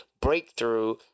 breakthrough